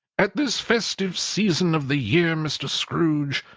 at this festive season of the year, mr. scrooge,